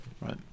Right